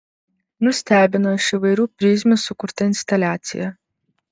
nustebino iš įvairių prizmių sukurta instaliacija